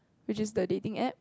which is the dating App